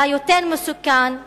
ומה שיותר מסוכן הוא